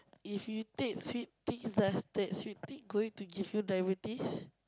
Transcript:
if you take sweet things does that sweet thing going to give you diabetes